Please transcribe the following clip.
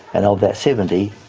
and of that seventy,